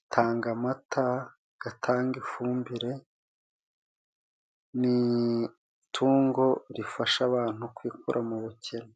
itanga amata, igatanga ifumbire. Ni itungo rifasha abantu kwikura mu bukene.